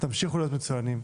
תמשיכו להיות מצוינים,